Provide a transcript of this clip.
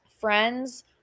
friends